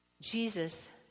Jesus